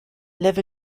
live